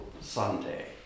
Sunday